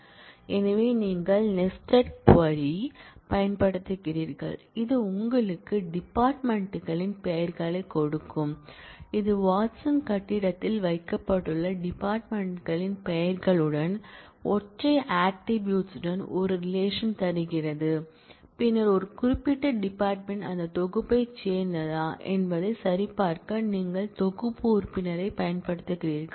எனவே நீங்கள் nested query பயன்படுத்துகிறீர்கள் இது உங்களுக்கு டிபார்ட்மென்ட் களின் பெயர்களைக் கொடுக்கும் இது வாட்சன் கட்டிடத்தில் வைக்கப்பட்டுள்ள டிபார்ட்மென்ட் களின் பெயர்களுடன் ஒற்றை ஆட்ரிபூட்ஸ் டன் ஒரு ரிலேஷன் தருகிறது பின்னர் ஒரு குறிப்பிட்ட டிபார்ட்மென்ட் அந்தத் தொகுப்பைச் சேர்ந்ததா என்பதைச் சரிபார்க்க நீங்கள் தொகுப்பு உறுப்பினரைப் பயன்படுத்துகிறீர்கள்